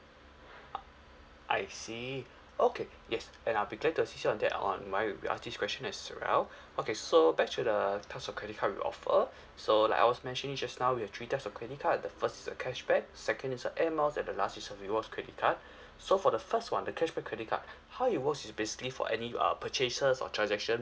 uh I see okay yes and I'll be glad to assist you on that on my uh this question as well okay so back to the types of credit card we offer so like I was mentioning just now we have three types of credit card the first is a cashback second is a airmiles and the last is a rewards credit card so for the first one the cashback credit card how it works is basically for any uh purchases or transaction